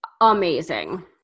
amazing